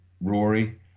Rory